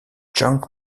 chang